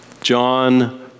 John